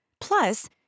Plus